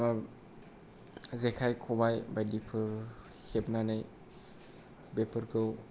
ओ जेखाय खबाय बायदिफोर हेबनानै बेफोरखौ